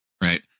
right